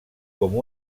com